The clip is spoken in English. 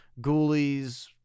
Ghoulies